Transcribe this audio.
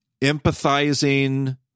empathizing